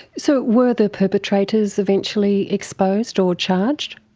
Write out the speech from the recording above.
so were the perpetrators eventually exposed or charged?